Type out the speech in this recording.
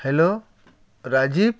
hello Rajiv